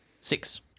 Six